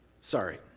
Sorry